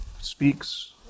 speaks